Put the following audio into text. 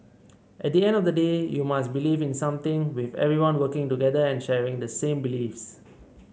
at the end of the day you must believe in something with everyone working together and sharing the same beliefs